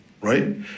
right